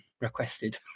requested